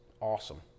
awesome